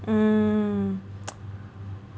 mm